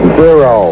zero